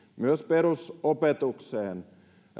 myös perusopetukseen